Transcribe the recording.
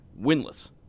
winless